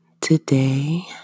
Today